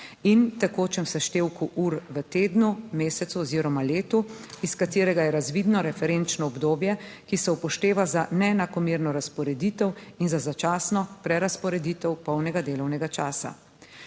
in tekočem seštevku ur v tednu, mesecu oziroma letu, iz katerega je razvidno referenčno obdobje. ki se upošteva za neenakomerno razporeditev in za začasno prerazporeditev polnega delovnega časa.